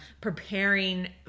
preparing